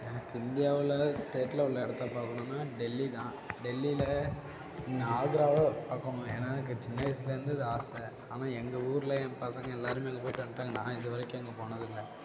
எனக்கு இந்தியாவில் ஸ்டேட்டில் உள்ள இடத்த பார்க்கணும்னா டெல்லி தான் டெல்லியில் ஆக்ராவை பார்க்கணும் ஏன்னால் எனக்கு சின்ன வயசுலேருந்து இது ஆசை ஆனால் எங்கள் ஊரில் என் பசங்க எல்லாருமே அங்கே போயிட்டு வந்துட்டாங்க நான் இது வரைக்கும் அங்கே போனதில்லை